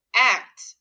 act